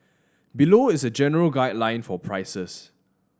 below is a general guideline for prices